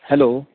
hello